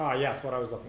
ah yes but